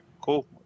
cool